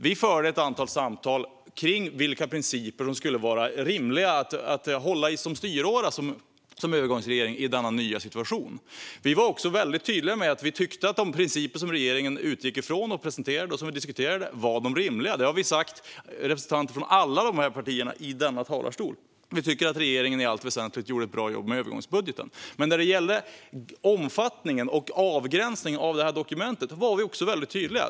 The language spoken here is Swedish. Vi förde ett antal samtal om vilka principer som skulle vara rimliga att hålla i som styråra som övergångsregering i denna nya situation. Vi var också mycket tydliga med att vi tyckte att de principer som regeringen utgick ifrån och presenterade och som vi diskuterade var de rimliga. Det har representanter från alla de partierna sagt från denna talarstol. Vi tycker att regeringen i allt väsentligt gjorde ett bra jobb med övergångsbudgeten. Men när det gällde omfattningen och avgränsningen av dokumentet var vi mycket tydliga.